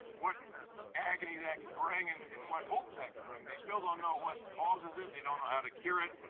what agony that can bring and what hope that can bring. they still don't know what causes it. they don't know how to cure it.